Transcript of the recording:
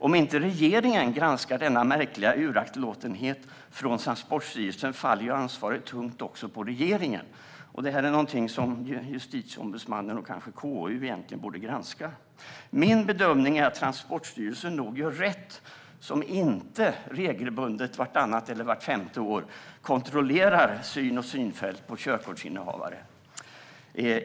Om inte regeringen granskar denna märkliga uraktlåtenhet från Transportstyrelsen faller ansvaret tungt också på regeringen. Detta är något som Justitieombudsmannen och kanske KU borde granska. Min bedömning är att Transportstyrelsen nog gör rätt som inte regelbundet vartannat eller vart femte år kontrollerar syn och synfält på körkortsinnehavare.